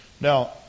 Now